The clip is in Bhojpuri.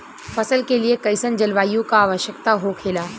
फसल के लिए कईसन जलवायु का आवश्यकता हो खेला?